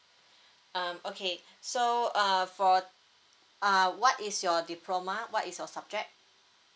um okay so uh for uh what is your diploma what is your subject